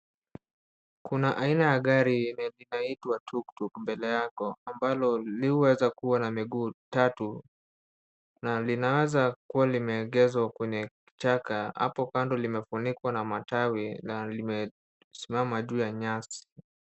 Kuna aina ya gari inaitwa tuktuk mbele yako ambalo huweza kuwa na miguu tatu na linaweza kuwa limeegeshwa kwenye kichaka, hapa kando limefunikwa na matawi na limesimama juu ya nyasi.